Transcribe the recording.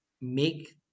make